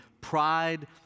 pride